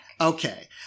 Okay